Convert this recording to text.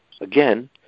again